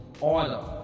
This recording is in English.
order